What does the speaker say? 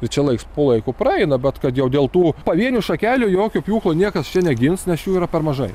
ir čia laiks po laiko praeina bet kad jau dėl tų pavienių šakelių jokio pjūklo niekas čia negins nes jų yra per mažai